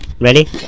Ready